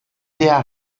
der